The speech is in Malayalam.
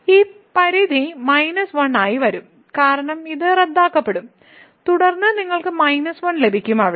ഈ പരിധി 1 ആയി വരും കാരണം ഇത് റദ്ദാക്കപ്പെടും തുടർന്ന് നിങ്ങൾക്ക് -1 ലഭിക്കും അവിടെ